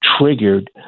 triggered